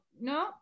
no